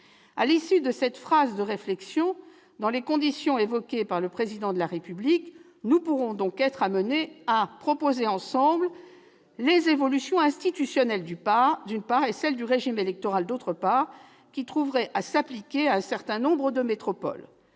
À l'issue de cette phase de réflexion, dans les conditions évoquées par le Président de la République, nous pourrons être amenés à proposer ensemble les évolutions institutionnelles, d'une part, et celles du régime électoral, d'autre part, qui trouveraient à s'appliquer à un certain nombre de métropoles.